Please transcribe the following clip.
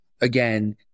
again